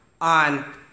on